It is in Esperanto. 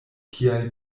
kial